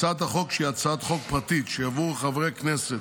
הצעת החוק, שהיא הצעת חוק פרטית שיזמו חבר הכנסת